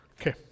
okay